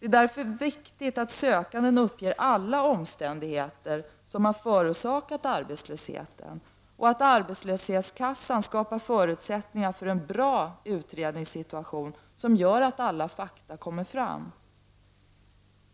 Det är därför viktigt att sökanden uppger alla omständigheter som förorsakat arbetslösheten, och att arbetslöshetskassan skapar förutsättningar för en bra utredningssituation, som gör att alla fakta kommer fram.